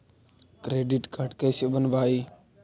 Credit card कैसे बनवाई?